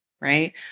right